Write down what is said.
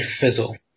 fizzle